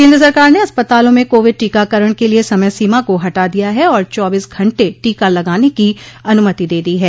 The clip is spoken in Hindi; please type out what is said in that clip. केंद्र सरकार ने अस्पतालों में कोविड टीकाकरण के लिए समय सीमा को हटा दिया है और चौबीस घंटे टीका लगाने की अनुमति दे दी है